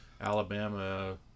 Alabama